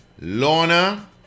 Lorna